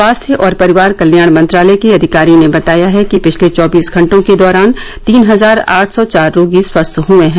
स्वास्थ्य और परिवार कल्याण मंत्रालय के अधिकारी ने बताया है कि पिछले चौबीस घंटों के दौरान तीन हजार आठ सौ चार रोगी स्वस्थ हए हैं